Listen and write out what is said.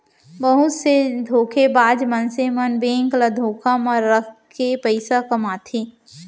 बहुत से धोखेबाज मनसे मन बेंक ल धोखा म राखके पइसा कमाथे